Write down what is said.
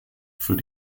für